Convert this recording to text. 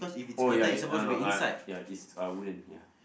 oh ya uh uh ya it's uh wooden ya